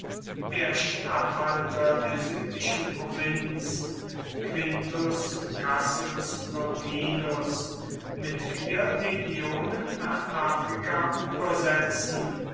der statthalter der südlichen provinz quintus cassius longinus mit vier legionen nach afrika übersetzen